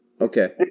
Okay